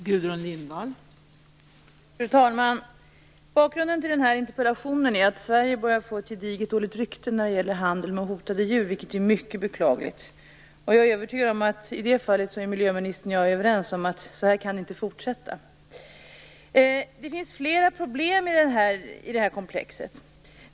Fru talman! Bakgrunden till den här interpellationen är att Sverige börjar få ett gediget dåligt rykte när det gäller handel med hotade djur, vilket är mycket beklagligt. Jag är övertygad om att miljöministern och jag i det fallet är överens om att Sverige inte kan fortsätta så. Det finns flera problem i det här komplexet.